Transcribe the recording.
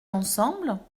ensemble